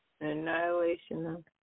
Annihilation